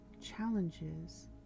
challenges